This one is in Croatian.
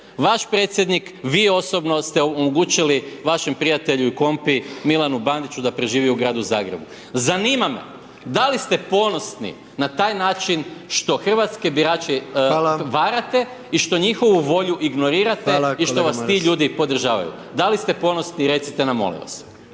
vaš predsjednik, vi osobno ste omogućili vašem prijatelju i kompi Milanu Bandiću da preživi u Gradu Zagrebu. Zanima me da li ste ponosni na taj način što hrvatske birače …/Upadica: Hvala./… varate i što njihovu volju ignorirate i što …/Upadica: Hvala kolega Maras./… njihovu volju ignorirate i što vas